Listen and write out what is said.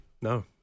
no